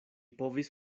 povis